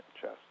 chest